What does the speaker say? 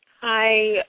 Hi